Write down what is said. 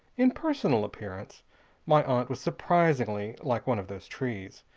in personal appearance my aunt was surprisingly like one of those trees.